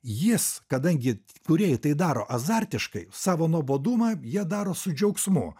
jis kadangi kūrėjai tai daro azartiškai savo nuobodumą jie daro su džiaugsmu